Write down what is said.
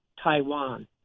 Taiwan